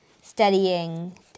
studying